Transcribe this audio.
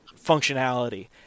functionality